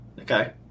Okay